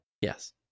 Yes